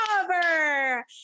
cover